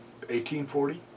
1840